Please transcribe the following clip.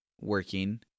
working